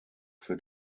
für